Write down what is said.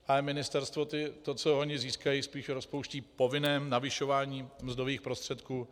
Ale ministerstvo to, co ony získají, spíš rozpouští v povinném navyšování mzdových prostředků.